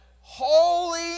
holy